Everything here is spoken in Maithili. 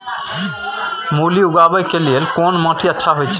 मूली उगाबै के लेल कोन माटी अच्छा होय है?